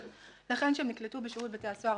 לכן כשהם נקלטו בשירות בתי הסוהר